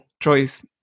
choice